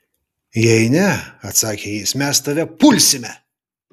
jei ne atsakė jis mes tave pulsime